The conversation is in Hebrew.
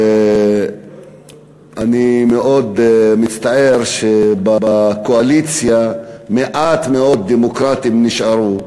ואני מאוד מצטער שבקואליציה מעט מאוד דמוקרטים נשארו.